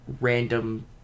random